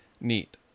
Neat